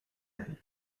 avez